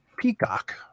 peacock